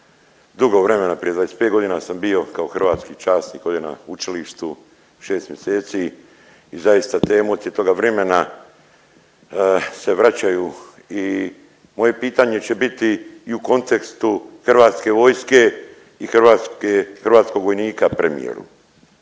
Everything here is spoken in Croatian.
dugo vremena, prije 25.g. sam bio kao hrvatski časnik ovdje na učilištu 6 mjeseci i zaista te emocije toga vremena se vraćaju i moje pitanje će biti i u kontekstu HV-a i hrvatske, hrvatskog vojnika premijeru.